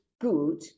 good